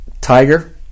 Tiger